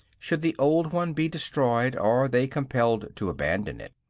should the old one be destroyed or they compelled to abandon it.